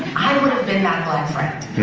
i would've been that black friend.